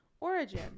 Origin